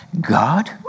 God